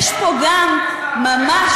יש פה גם ממש,